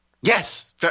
Yes